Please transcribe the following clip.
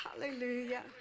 Hallelujah